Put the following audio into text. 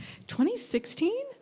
2016